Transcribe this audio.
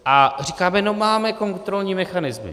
A říkáme: no, máme kontrolní mechanismy.